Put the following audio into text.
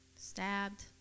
Stabbed